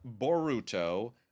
Boruto